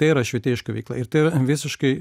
tai yra švietėjiška veikla ir tai yra visiškai